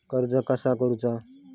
कर्ज कसा करूचा?